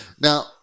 Now